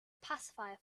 pacifier